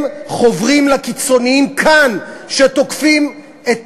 הם חוברים לקיצונים כאן, שתוקפים את